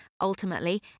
Ultimately